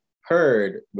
heard